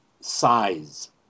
size